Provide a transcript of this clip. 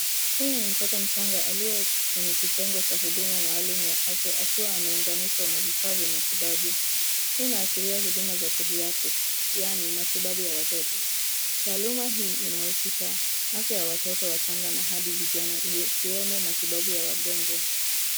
Huyu mi mtoto mchanga aliye kwenye kitengo cha huduma maalum ya afya akiwa ameunganishwa na vifaa vya matibabu. Hii inaashiria huduma wa cs[paediatrics]cs, yaani matibabu ya watoto. Utaaluma hii inahusisha afya ya watoto wachanga na hadi vijana ikiwemo matibabu ya wagonjwa.